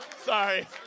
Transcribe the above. sorry